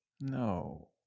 No